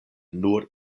nur